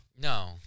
No